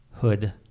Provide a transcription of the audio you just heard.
hood